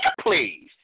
Please